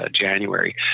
January